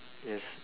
yes